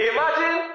Imagine